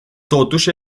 totuși